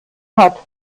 hat